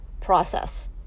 process